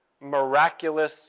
miraculous